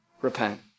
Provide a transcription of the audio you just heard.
repent